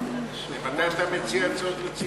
מתי אתה מציע הצעות רציניות?